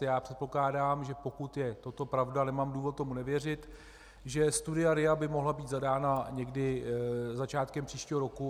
Já předpokládám, že pokud je toto pravda, a nemám důvod tomu nevěřit, že studia RIA by mohla být zadána někdy začátkem příštího roku.